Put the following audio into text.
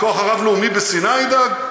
הכוח הרב-לאומי בסיני ידאג?